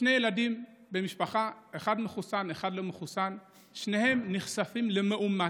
שני ילדים במשפחה שאחד מחוסן ואחד לא מחוסן ושניהם נחשפים למאומת,